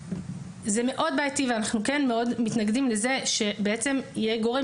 זה מאוד בעייתי ואנחנו כן מאוד מתנגדים לזה שבעצם יהיה גורם